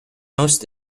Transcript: most